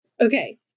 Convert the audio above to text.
Okay